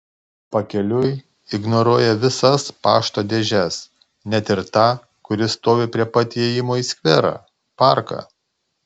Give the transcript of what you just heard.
pakeliui ignoruoja visas pašto dėžes net ir tą kuri stovi prie pat įėjimo į skverą parką